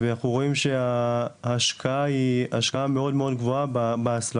ואנחנו רואים שההשקעה היא השקעה מאוד מאוד גבוהה בהסלקות.